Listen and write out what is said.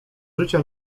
życia